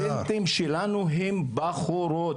אחוז מהסטודנטים שלנו הם בחורות.